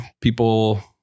people